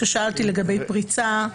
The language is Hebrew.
כששאלתי לגבי פריצה?